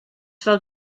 fel